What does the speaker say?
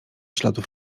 śladów